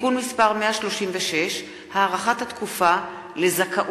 (תיקון מס' 136) (הארכת התקופה לזכאות